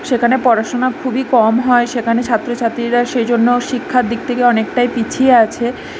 সেখানে পড়াশোনা খুবই কম হয় সেখানে ছাত্র ছাত্রীরা সেই জন্য শিক্ষার দিক থেকে অনেকটাই পিছিয়ে আছে